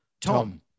Tom